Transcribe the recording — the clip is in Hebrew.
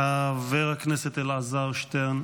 חבר הכנסת אלעזר שטרן,